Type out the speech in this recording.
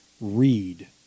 read